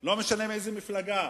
לא משנה מאיזו מפלגה,